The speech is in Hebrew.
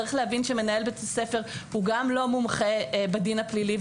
צריך להבין שמנהל בית ספר לא מומחה בדין הפלילי,